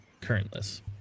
currentless